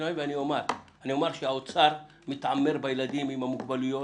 אני אומר שהאוצר מתעמר בילדים עם המוגבלויות,